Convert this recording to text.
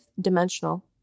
dimensional